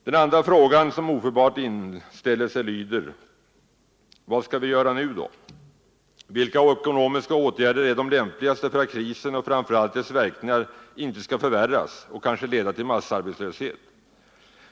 Den andra frågan som ofelbart inställer sig lyder: Vad skall vi göra nu då? Vilka ekonomiska åtgärder är de lämpligaste för att krisen och framför allt dess verkningar inte skall förvärras och kanske leda till massarbetslöshet?